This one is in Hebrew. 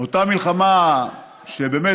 אותה מלחמה באמת